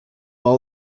all